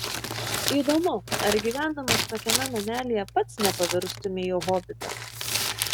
įdomu ar gyvendamas tokiame namelyje pats nepavirstumei į hobitą